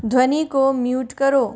ध्वनि को म्यूट करो